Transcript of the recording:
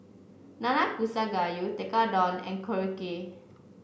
Nanakusa Gayu Tekkadon and Korokke